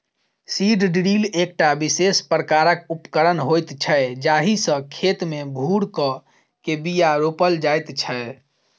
seed drill एकटा विशेष प्रकारक उपकरण होइत छै जाहि सॅ खेत मे भूर क के बीया रोपल जाइत छै